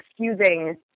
excusing